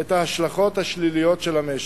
את ההשלכות השליליות על המשק.